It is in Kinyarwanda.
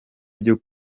byo